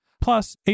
Plus